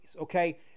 Okay